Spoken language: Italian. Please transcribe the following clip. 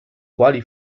quali